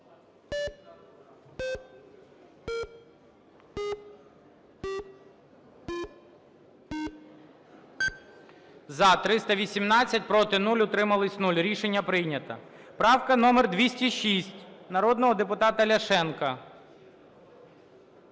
За-318 Проти – 0, утримались – 0. Рішення прийнято. Правка номер 206, народного депутата Ляшенко.